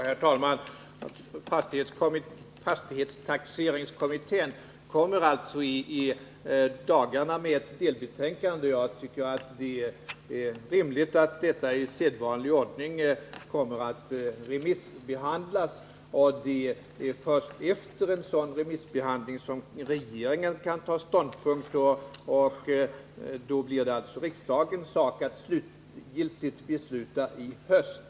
Herr talman! Fastighetstaxeringskommittén kommer i dagarna att lägga fram ett delbetänkande. Jag tycker det är rimligt att detta i sedvanlig ordning remissbehandlas. Först efter en sådan remissbehandling kan regeringen ta ståndpunkt i frågan, och sedan blir det alltså riksdagens sak att slutgiltigt besluta i höst.